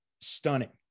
stunning